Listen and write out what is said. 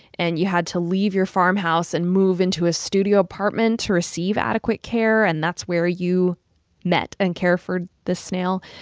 and you had to leave your farmhouse and move into a studio apartment to receive adequate care. and that's where you met and cared for this snail.